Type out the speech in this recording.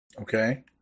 Okay